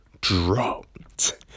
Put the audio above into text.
dropped